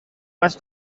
más